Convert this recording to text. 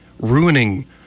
ruining